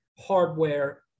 hardware